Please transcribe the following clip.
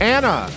Anna